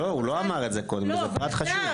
לא, הוא לא אמר את זה קודם וזה פרט חשוב.